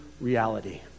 reality